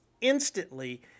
instantly